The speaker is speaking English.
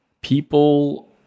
people